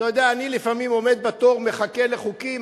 אתה יודע, אני לפעמים עומד בתור, מחכה לחוקים.